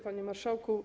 Panie Marszałku!